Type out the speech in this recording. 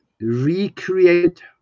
recreate